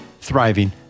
thriving